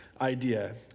idea